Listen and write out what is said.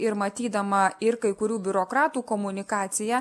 ir matydama ir kai kurių biurokratų komunikaciją